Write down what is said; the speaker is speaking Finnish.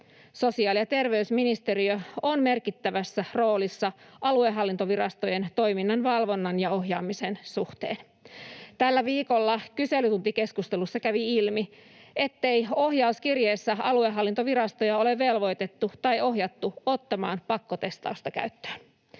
Sosiaali‑ ja terveysministeriö on merkittävässä roolissa aluehallintovirastojen toiminnan valvonnan ja ohjaamisen suhteen. Tällä viikolla kyselytuntikeskustelussa kävi ilmi, ettei aluehallintovirastoja ole ohjauskirjeessä velvoitettu tai ohjattu ottamaan pakkotestausta käyttöön.